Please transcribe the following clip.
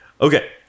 Okay